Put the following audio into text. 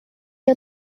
are